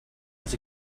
was